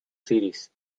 series